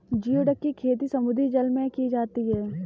geoduck की खेती समुद्री जल में की जाती है